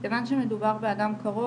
כיוון שמדובר באדם קרוב,